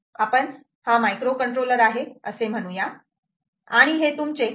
आपण हा microcontroller आहे असे म्हणूया आणि हे तुमचे 3